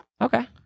Okay